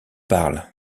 parle